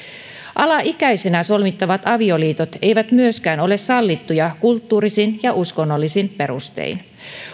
alaikäisenä solmittavat avioliitot eivät myöskään ole sallittuja kulttuurisin ja uskonnollisin perustein